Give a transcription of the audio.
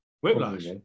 Whiplash